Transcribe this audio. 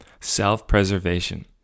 self-preservation